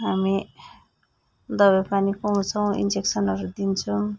हामी दबाई पानी खुवाउँछौँ इन्जेक्सनहरू दिन्छौँ